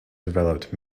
developed